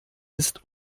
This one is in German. ist